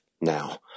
now